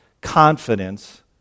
confidence